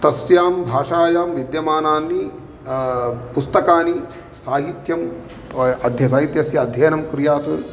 तस्यां भाषायां विद्यमानानि पुस्तकानि साहित्यम् अद्य साहित्यस्य अध्ययनं कुर्यात्